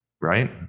right